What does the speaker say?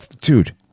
Dude